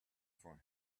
for